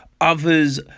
Others